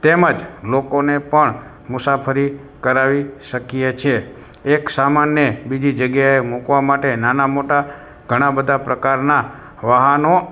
તેમ જ લોકોને પણ મુસાફરી કરાવી શકીએ છીએ એક સામાનને બીજી જગ્યાએ મૂકવા માટે નાનાં મોટાં ઘણાં બધા પ્રકારનાં વાહનો